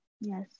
Yes